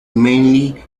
mainly